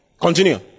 continue